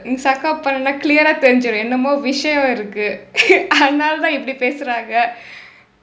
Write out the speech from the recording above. நீ:nii suck up பன்னென்னா:pannennaa clear ah தெரிஞ்சுரும் என்னம்மோ விஷயம் இருக்கு அதனால தான் இப்படி பேசுறாங்க:therinjsirum ennammoo vishayam irukku athanaala thaan ippadi pesuraangka